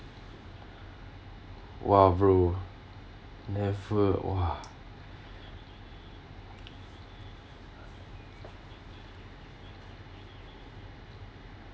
!wow! bro never !wah!